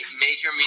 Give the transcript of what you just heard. major